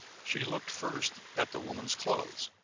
she looked first at the woman's clothes,